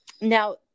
Now